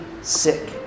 Sick